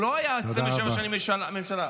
הוא לא היה 27 שנים בממשלה.